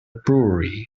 brewery